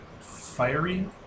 Fiery